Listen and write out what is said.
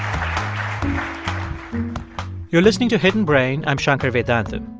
um you're listening to hidden brain. i'm shankar vedantam.